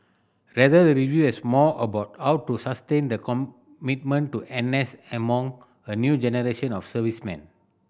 rather the review was more about how to sustain the commitment to N S among a new generation of servicemen